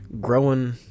growing